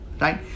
right